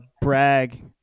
brag